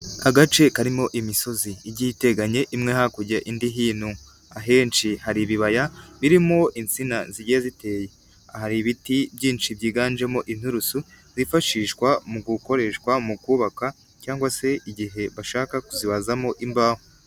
Agace karimo imisozi igiye iteganye imwe hakurya indi hino, ahenshi hari ibibaya birimo insina zigiye ziteye, hari ibiti byinshi byiganjemo inturusu, zifashishwa mu gukoreshwa, mu kubaka cyangwa se igihe bashaka kuzibazamo imbaho.